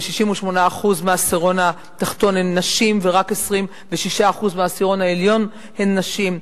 ו-68% מהעשירון התחתון הם נשים ורק 26% מהעשירון העליון הם נשים.